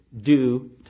due